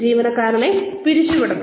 ജീവനക്കാരനെ പിരിച്ചുവിടണം